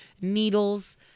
needles